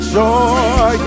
joy